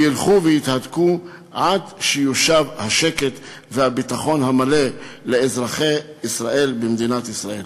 וילכו ויתהדקו עד שיושבו השקט והביטחון המלא לאזרחי ישראל במדינת ישראל.